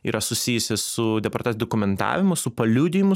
yra susijusi su departa dokumentavimu su paliudijimų